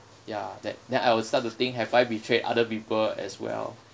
ya that then I will start the think have I betrayed other people as well